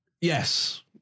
Yes